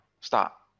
Stop